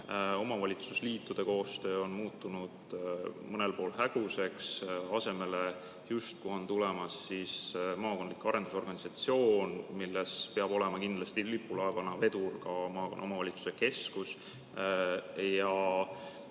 Omavalitsusliitude koostöö on muutunud mõnel pool häguseks, asemele justkui on tulemas maakondlik arendusorganisatsioon, milles peab olema kindlasti lipulaevana, vedurina ka maakonna omavalitsuskeskus.